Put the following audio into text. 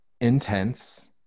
intense